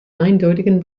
eindeutigen